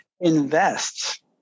Invest